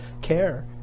care